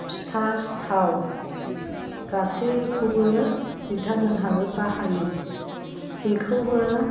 फिथा सिथाव गासैखौबो बिथांमोनहाबो बाहायो बेखौबो